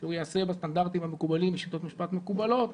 שהוא ייעשה בסטנדרטים המקובלים ובשיטות משפט מקובלות